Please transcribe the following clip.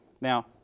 Now